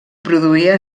produïa